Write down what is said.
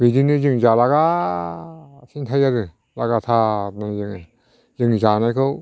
बेजोंनो जों जालागासिनो थायो आरो लागाथारनो जोङो जों जानायखौ